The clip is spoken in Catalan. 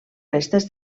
restes